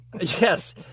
Yes